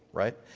right?